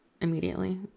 immediately